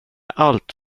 allt